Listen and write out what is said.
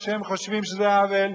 מה שהם חושבים שזה עוול,